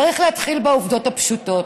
צריך להתחיל בעובדות הפשוטות: